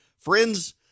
Friends